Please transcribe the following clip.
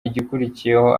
igikurikiyeho